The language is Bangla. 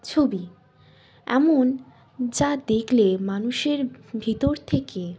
ছবি এমন যা দেখলে মানুষের ভিতর থেকে